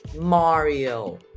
Mario